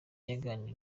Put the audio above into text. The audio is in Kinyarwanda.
yaganiriye